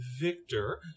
Victor